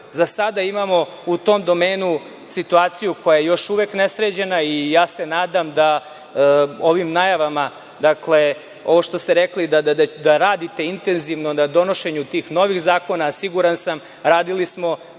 sada imamo u tom domenu situaciju koja je još uvek nesređena i ja se nadam da ovim najavama, dakle, ovo što ste rekli da radite intenzivno na donošenju tih novih zakona, a siguran sam, radili smo